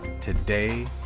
today